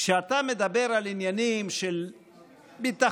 כשאתה מדבר על עניינים של ביטחון,